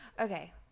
Okay